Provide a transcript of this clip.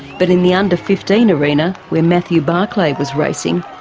but in the under fifteen arena, where matthew barclay was racing,